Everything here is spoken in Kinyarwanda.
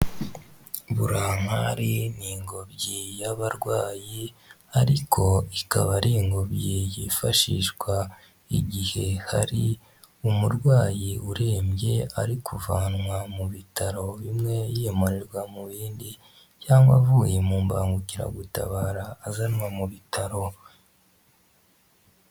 Burankari ni ingobyi y'abarwayi, ariko ikaba ari ingobyi yifashishwa igihe hari umurwayi urembye, ari kuvanwa mu bitaro bimwe yimurirwa mu bindi cyangwa avuye mu mbangukiragutabara azanwa mu bitaro.